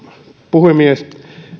puhemies